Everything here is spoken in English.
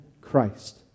Christ